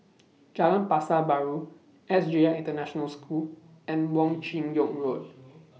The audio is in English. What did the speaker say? Jalan Pasar Baru S J I International School and Wong Chin Yoke Road